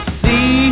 see